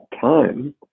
time